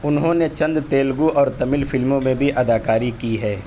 انہوں نے چند تیلگو اور تمل فلموں میں بھی اداکاری کی ہے